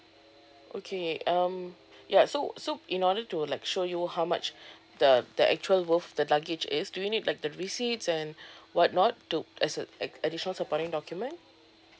okay um ya so so in order to like show you how much the the actual worth the luggage is do you need like the receipts and what not to as a additional supporting document